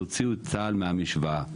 תוציאו את צה"ל מהמשוואה.